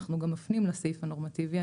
אנחנו גם מפנים לסעיף הנורמטיבי.